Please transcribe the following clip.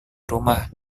rumah